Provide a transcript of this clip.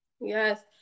Yes